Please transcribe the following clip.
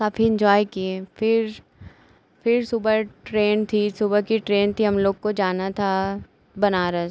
काफी इंजॉय किए फिर फिर सुबह ट्रेन थी सुबह की ट्रेन थी हम लोग को जाना था बनारस